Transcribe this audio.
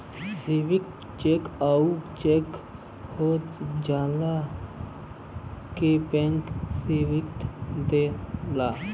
स्वीकृत चेक ऊ चेक होलाजे के बैंक स्वीकृति दे देला